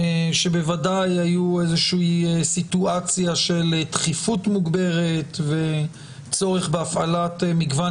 שבוודאי היו איזושהי סיטואציה של דחיפות מוגברת וצורך בהפעלת מגוון